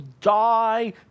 die